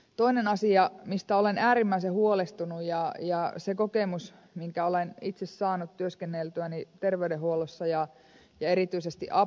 toinen asia mistä olen äärimmäisen huolestunut liittyy siihen kokemukseen minkä olen itse saanut työskenneltyäni terveydenhuollossa ja erityisesti apteekkipuolella